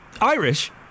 Irish